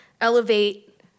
elevate